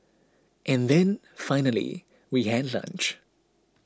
and then finally we had lunch